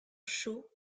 chauds